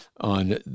on